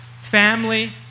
family